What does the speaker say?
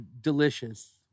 delicious